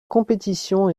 compétition